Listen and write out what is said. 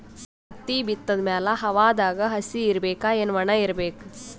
ಹತ್ತಿ ಬಿತ್ತದ ಮ್ಯಾಲ ಹವಾದಾಗ ಹಸಿ ಇರಬೇಕಾ, ಏನ್ ಒಣಇರಬೇಕ?